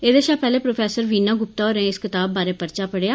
एदे शा पैहले प्रोफैसर वीणा गुप्ता होरें इस कताब बारै पर्चा पढ़ेया